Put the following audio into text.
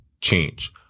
change